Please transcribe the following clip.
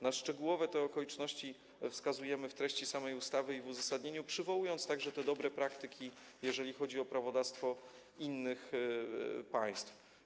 Na te szczegółowe okoliczności wskazujemy w treści samej ustawy i w uzasadnieniu, przywołując także dobre praktyki, jeżeli chodzi o prawodawstwo innych państw.